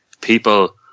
people